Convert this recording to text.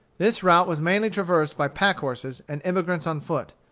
this route was mainly traversed by pack-horses and emigrants on foot.